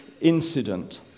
incident